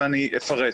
ואני אפרט.